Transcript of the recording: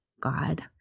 God